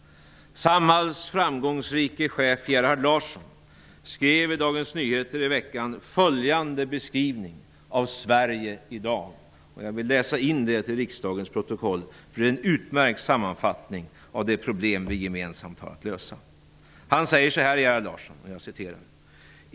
Samhalls framgångsrike chef Gerhard Larsson skrev i Dagens Nyheter i veckan följande beskrivning av Sverige i dag. Jag vill läsa in detta till riksdagens protokoll, för det är en utmärkt sammanfattning av det problem vi gemensamt har att lösa.